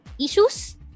issues